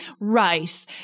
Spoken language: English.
Rice